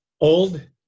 old